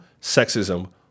sexism